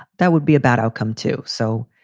that would be a bad outcome, too. so.